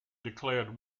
declared